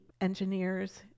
engineers